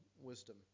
wisdom